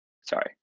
sorry